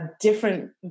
different